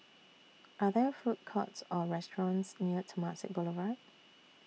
Are There Food Courts Or restaurants near Temasek Boulevard